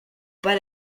pas